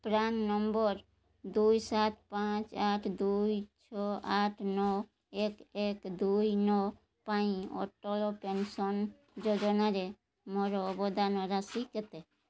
PRAN number ଦୁଇ ସାତ ପାଞ୍ଚ ଆଠ ଦୁଇ ଛଅ ଆଠ ନଅ ଏକ ଏକ ଦୁଇ ନଅ ପାଇଁ ଅଟଳ ପେନ୍ସନ୍ ଯୋଜନାରେ ମୋର ଅବଦାନ ରାଶି କେତେ